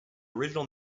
original